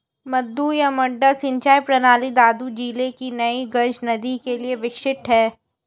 मद्दू या मड्डा सिंचाई प्रणाली दादू जिले की नई गज नदी के लिए विशिष्ट है